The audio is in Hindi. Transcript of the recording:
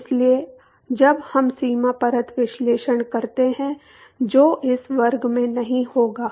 इसलिए जब हम सीमा परत विश्लेषण करते हैं जो इस वर्ग में नहीं होगा